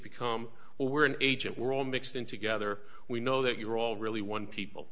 become we're an agent we're all mixed in together we know that you're all really one people